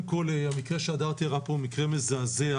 המקרה שהדר תיארה פה הוא מקרה מזעזע.